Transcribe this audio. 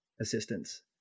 assistance